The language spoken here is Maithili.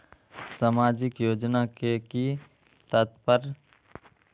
सामाजिक योजना के कि तात्पर्य?